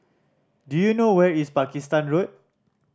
do you know where is Pakistan Road